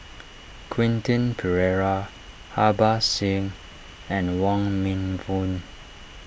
Quentin Pereira Harbans Singh and Wong Meng Voon